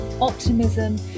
optimism